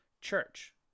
church